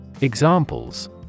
Examples